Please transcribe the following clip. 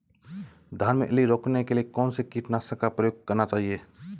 धान में इल्ली रोकने के लिए कौनसे कीटनाशक का प्रयोग करना चाहिए?